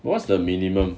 what's the minimum